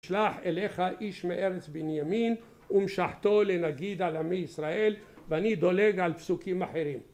שלח אליך איש מארץ בנימין ומשחתו לנגיד על עמי ישראל ואני דולג על פסוקים אחרים